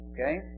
Okay